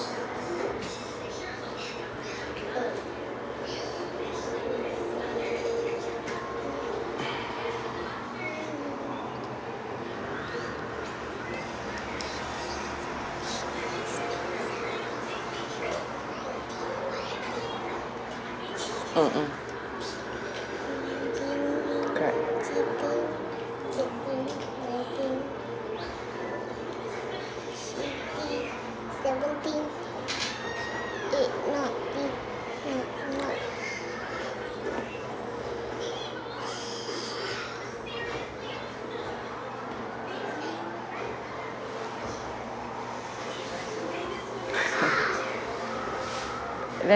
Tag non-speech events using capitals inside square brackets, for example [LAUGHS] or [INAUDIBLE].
mm mm correct [LAUGHS]